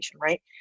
right